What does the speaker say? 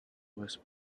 was